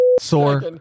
Sore